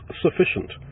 sufficient